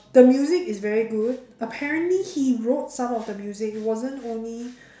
the music is very good apparently he wrote some of the music it wasn't only